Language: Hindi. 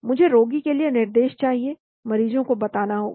मुझे रोगी के लिए निर्देश चाहिए मरीजों को बताना होगा